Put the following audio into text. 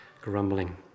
grumbling